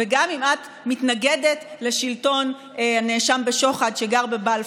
וגם אם את מתנגדת לשלטון הנאשם בשוחד שגר בבלפור.